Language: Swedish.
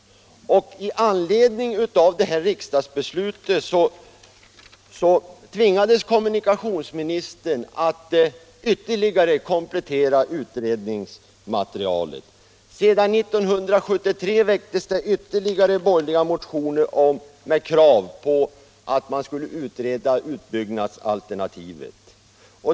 Med anledning av det beslut riksdagen då fattade tvingades kommunikationsministern att ytterligare komplettera utredningsmaterialet. 1973 väcktes det ytterligare borgerliga motioner med krav på att man skulle utreda utbyggnadsalternativet.